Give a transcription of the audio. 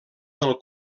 del